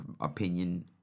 opinion